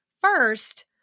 first